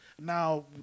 Now